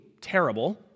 terrible